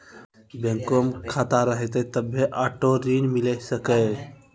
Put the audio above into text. बैंको मे खाता रहतै तभ्भे आटो ऋण मिले सकै